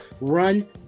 run